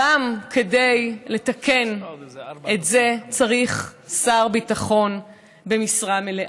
גם כדי לתקן את זה צריך שר ביטחון במשרה מלאה.